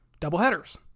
doubleheaders